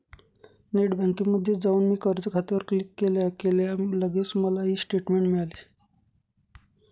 net बँकिंगमध्ये जाऊन मी कर्ज खात्यावर क्लिक केल्या केल्या लगेच मला ई स्टेटमेंट मिळाली